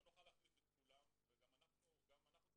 אנחנו לא נוכל להחליף את כולם וגם אנחנו צריכים